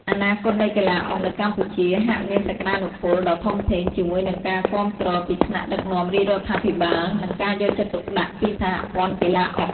អនាគតនៃកីឡាអុកនៅកម្ពុជាហាក់មានសក្ដានុពលដ៏ធំធេង ជាមួយនឹងការគាំទ្រពីថ្នាក់ដឹកនាំរាជរដ្ឋាភិបាល និងការយកចិត្តទុកដាក់ពីសហព័ន្ធកីឡាអុក។